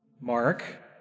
Mark